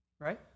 Right